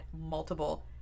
multiple